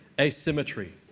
asymmetry